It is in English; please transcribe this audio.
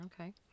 Okay